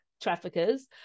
traffickers